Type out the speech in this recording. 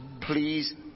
Please